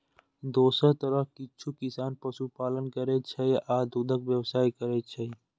दोसर तरफ किछु किसान पशुपालन करै छै आ दूधक व्यवसाय करै छै